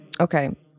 Okay